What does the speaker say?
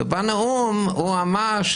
ובנאום הוא אמר,